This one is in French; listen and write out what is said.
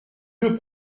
deux